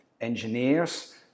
engineers